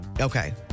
Okay